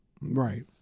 right